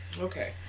Okay